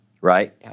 right